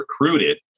recruited